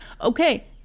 Okay